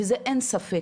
וזה אין ספק.